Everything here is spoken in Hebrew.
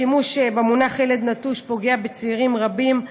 השימוש במונח "ילד נטוש" פוגע בצעירים רבים,